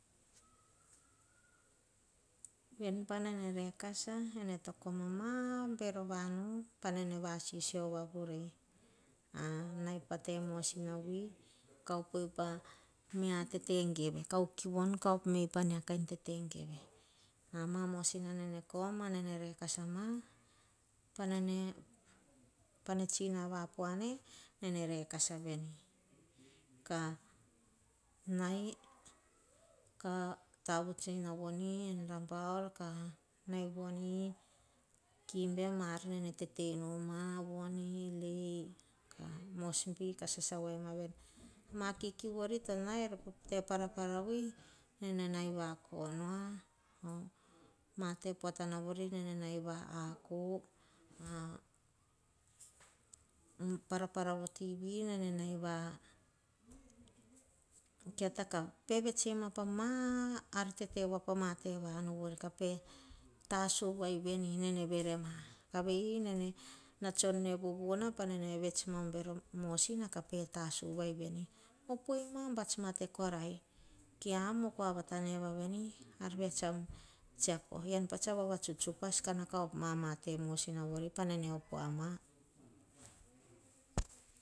Ven pa nene rekasa ene to komama vero vanu pa nene vasisio va vuri. a nai pa te moasina wi, kaupe upa mia tete geve. Kaup kiu bon, kaup mia pania kain tete geve. Ama moasina nene kom, ma nene rekasa ma, panane pa ne tsin a voapoane, ene rekasa veni. Ka nai, ka tavuts o novoni en rabaul ka nai vone. Kimbe, pa mar ne tete numa, moresby ka sasa voi maveni. Ma kikiu vori. Pote parapar vui ne nai vakukua mate pota naveri tsene nai en aku. Para para tete woa pa mate vanu vori. Kape tasu wai veni nene vere ma. Pana tsiono vuvuna kene pa tau ei. Opoi ma pats mate kora keam oh kuavatene voa vini avia tsum tsiako. Emam pa tsa vavatuts kanao ka op ma amate mos ina na vori panane op woa ma.